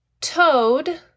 toad